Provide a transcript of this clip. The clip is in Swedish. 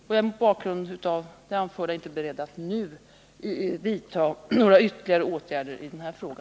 Jag är mot bakgrund av det anförda inte beredd att nu vidta några ytterligare åtgärder i denna fråga.